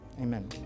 Amen